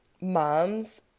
moms